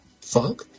Fuck